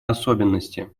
особенности